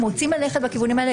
אם רוצים ללכת בכיוונים האלה,